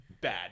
bad